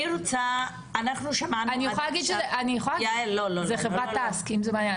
אני יכולה להגיד שזה חברת TASC, אם זה מעניין.